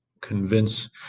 convince